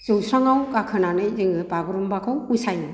जौस्रांआव गाखोनानै जोङो बागुरुमबाखौ मोसायो